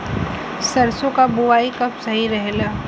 सरसों क बुवाई कब सही रहेला?